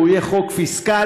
והוא יהיה חוק פיסקלי,